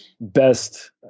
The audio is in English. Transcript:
best